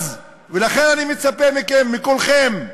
ולכן אני מצפה מכם, מכולכם,